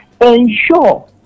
Ensure